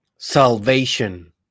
Salvation